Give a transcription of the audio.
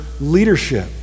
leadership